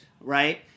right